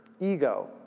ego